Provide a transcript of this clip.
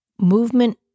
Movement